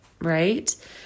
right